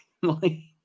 family